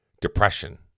depression